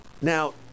now